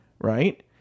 right